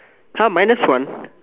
!huh! minus one